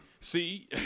see